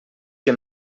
que